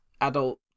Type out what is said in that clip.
adult